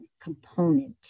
component